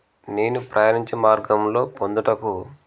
నేను ప్రయాణించే మార్గంలో పొందుటకు